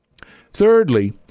Thirdly